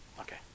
Okay